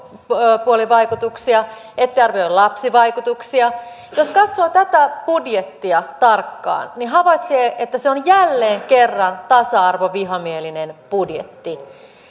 sukupuolivaikutuksia ette arvioi lapsivaikutuksia jos katsoo tätä budjettia tarkkaan niin havaitsee että se on jälleen kerran tasa arvovihamielinen budjetti